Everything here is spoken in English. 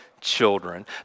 children